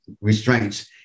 restraints